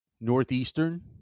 Northeastern